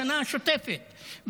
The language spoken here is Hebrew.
בשנה השוטפת,